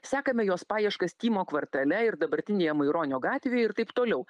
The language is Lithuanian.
sekame jos paieškas tymo kvartale ir dabartinėje maironio gatvėj ir taip toliau